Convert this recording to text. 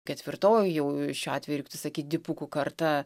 ketvirtoji jau šiuo atveju reiktų sakyt dipukų karta